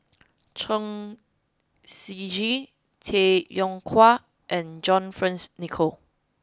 Chen Shiji Tay Yong Kwang and John Fearns Nicoll